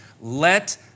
Let